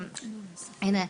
והוא יעלה.